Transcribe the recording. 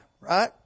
right